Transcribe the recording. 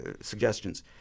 suggestions